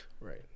Right